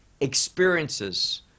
experiences